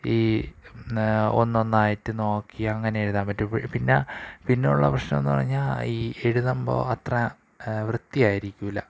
ഈ ന ഒന്നൊന്നായിട്ട് നോക്കി അങ്ങനെ എഴുതാൻ പറ്റൂ പിന്നെ പിന്നെയുള്ള പ്രശ്നം എന്ന് പറഞ്ഞാൽ ഈ എഴുതുമ്പോൾ അത്ര വൃത്തി ആയിരിക്കില്ല